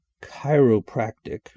chiropractic